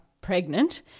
pregnant